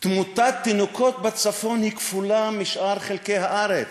תמותת התינוקות בצפון כפולה מבשאר חלקי הארץ.